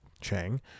chang